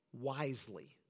wisely